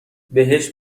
بهش